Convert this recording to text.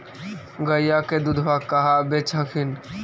गईया के दूधबा कहा बेच हखिन?